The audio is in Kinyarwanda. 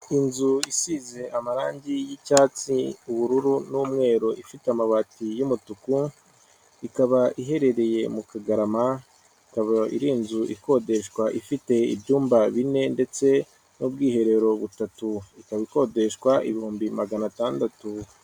Inzu isize amarangi y'icyatsi, ubururu, n'umweru, ifite amabati y'umutuku, ikaba iherereye mu Kagarama, ikaba iri inzu ikodeshwa ifite ibyumba bine ndetse n'ubwiherero butatu. Ikaba ikodeshwa ibihumbi magana atandatu.